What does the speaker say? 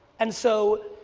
and so,